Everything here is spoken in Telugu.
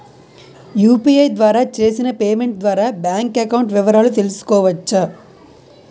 యు.పి.ఐ ద్వారా చేసిన పేమెంట్ ద్వారా బ్యాంక్ అకౌంట్ వివరాలు తెలుసుకోవచ్చ?